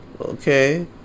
Okay